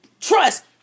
trust